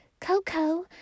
Coco